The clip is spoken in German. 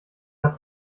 der